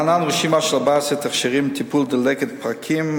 להלן רשימה של 14 תכשירים לטיפול בדלקת פרקים,